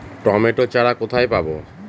Tomato চারা কোথায় পাবো?